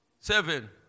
seven